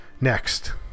Next